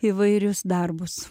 įvairius darbus